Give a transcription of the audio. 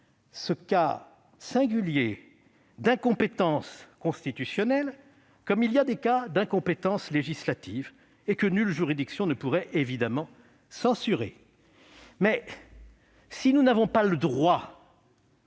ce cas singulier d'incompétence constitutionnelle, comme il y a des cas d'incompétence législative, que nulle juridiction ne pourrait évidemment censurer. Cependant, si nous n'avons pas le droit